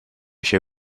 się